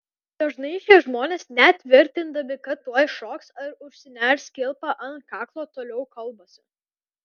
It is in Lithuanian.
dažnai šie žmonės net tvirtindami kad tuoj šoks ar užsiners kilpą ant kaklo toliau kalbasi